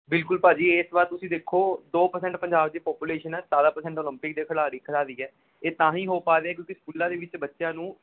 ਬਿਲਕੁਲ ਭਾਅ ਜੀ ਇਸ ਵਾਰ ਤੁਸੀਂ ਦੇਖੋ ਦੋ ਪਰਸੈਂਟ ਪੰਜਾਬ ਦੀ ਪਾਪੂਲੇਸ਼ਨ ਹੈ ਸਤਾਰ੍ਹਾਂ ਪਰਸੈਂਟ ਓਲੰਪਿਕ ਦੇ ਖਿਡਾਰੀ ਖਿਲਾੜੀ ਹੈ ਇਹ ਤਾਂ ਹੀ ਹੋ ਪਾ ਰਿਹਾ ਕਿਉਂਕਿ ਸਕੂਲਾਂ ਦੇ ਵਿੱਚ ਬੱਚਿਆਂ ਨੂੰ